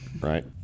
right